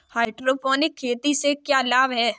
Hydroponic खेती से क्या लाभ हैं?